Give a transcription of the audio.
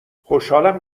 خوشحالم